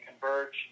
converge